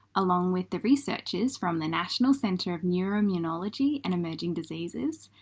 along with the researchers from the national center of neuro-immunology and emerging diseases,